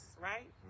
right